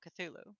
Cthulhu